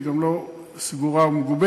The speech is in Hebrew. היא גם לא סגורה ומגובשת.